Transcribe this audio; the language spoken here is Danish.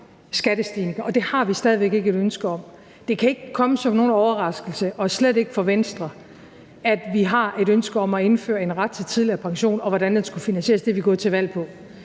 skattestigninger, og det har vi stadig væk ikke et ønske om. Det kan ikke komme som nogen overraskelse, og slet ikke for Venstre, at vi har et ønske om at indføre en ret til tidligere pension, og hvordan den skulle finansieres; det gik vi til valg på.